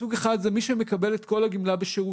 סוג אחד זה מי שמקבל את כל הגמלה בשירותים,